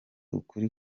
ukuri